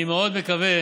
אני מאוד מקווה